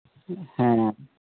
ᱦᱮᱸ